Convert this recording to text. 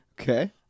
Okay